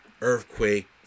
earthquake